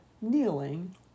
kneeling